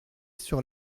sur